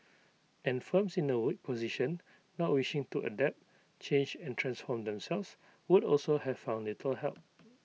and firms in A weak position not wishing to adapt change and transform themselves would also have found little help